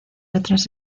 otras